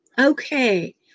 okay